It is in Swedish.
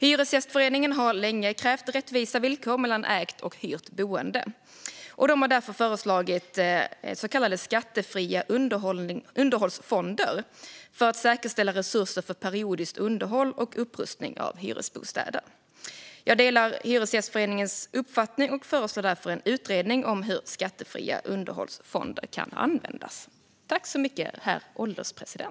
Hyresgästföreningen har länge krävt rättvisa villkor mellan ägt och hyrt boende, och de har därför föreslagit så kallade skattefria underhållsfonder för att säkerställa resurser till periodiskt underhåll och upprustning av hyresbostäder. Jag delar Hyresgästföreningens uppfattning och föreslår därför en utredning om hur skattefria underhållsfonder kan användas. Tack för mig! Ja, det stämmer!